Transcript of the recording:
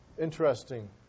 Interesting